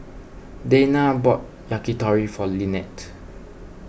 Dayna bought Yakitori for Linette